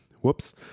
whoops